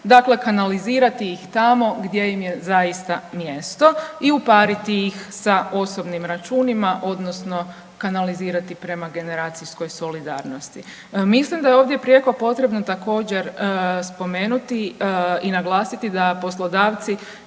dakle kanalizirati ih tamo gdje im je zaista mjesto i upariti ih sa osobnim računima, odnosno kanalizirati prema generacijskoj solidarnosti. Mislim da je ovdje prijeko potrebno također, spomenuti i naglasiti da poslodavci